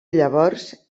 llavors